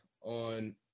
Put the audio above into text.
on